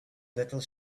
little